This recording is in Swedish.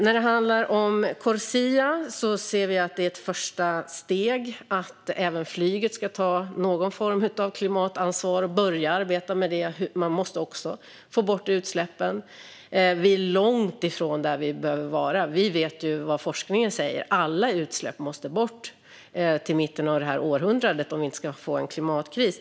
När det handlar om Corsia ser vi att det är ett första steg i att även flyget ska ta någon form av klimatansvar och börja arbeta med det. Man måste få bort utsläppen. Vi är långt ifrån där vi behöver vara. Vi vet ju vad forskningen säger. Alla utsläpp måste bort till mitten av detta århundrade om vi inte ska få en klimatkris.